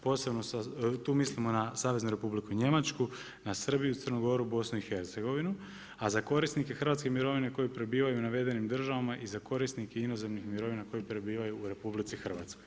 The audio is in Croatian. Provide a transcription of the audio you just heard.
Posebno, tu mislimo na Saveznu Republiku Njemačku, na Srbiju, Crnu Goru, BIH, a za korisnike hrvatske mirovine koji prebivaju u navedenim državama i za korisnike inozemnih mirovina koji prebivaju u RH.